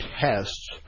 tests